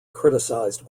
criticised